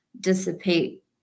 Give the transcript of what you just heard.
dissipate